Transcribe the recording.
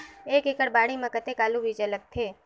एक एकड़ बाड़ी मे कतेक आलू बीजा लगथे?